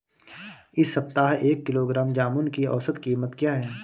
इस सप्ताह एक किलोग्राम जामुन की औसत कीमत क्या है?